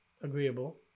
agreeable